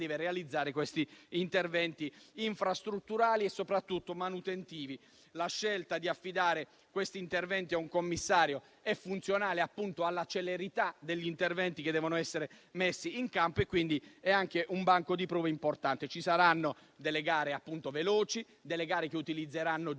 realizzare gli interventi infrastrutturali e soprattutto manutentivi. La scelta di affidare tali interventi a un commissario è funzionale alla celerità degli interventi che devono essere messi in campo e quindi è un banco di prova importante. Ci saranno delle gare veloci, che utilizzeranno già